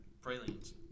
Pralines